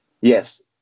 Yes